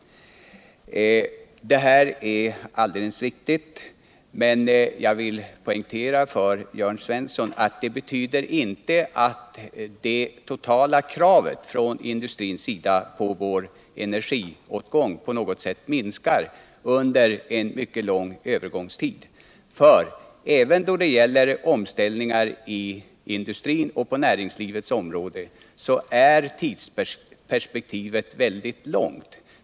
Detta är alldeles riktigt. Jag vill dock poängtera för Jörn Svensson att det inte alls betyder att det totala kravet från industrins sida på energitillgång minskar under en mycket lång övergångstid. Även då det gäller omställningar inom industrin och på näringslivets område är tidsperspektivet väldigt långt.